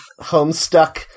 Homestuck